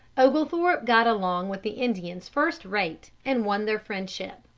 oglethorpe got along with the indians first-rate, and won their friendship.